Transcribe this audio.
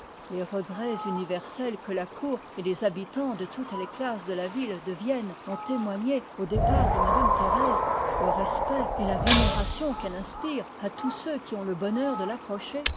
les regrets universels que la cour et les habitans de toutes les classes de la ville de vienne ont témoignés au départ de madame thérèse le respect et la vénération qu'elle inspire à tous ceux qui ont i part le bonheur de l'approcher